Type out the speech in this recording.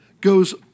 goes